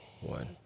One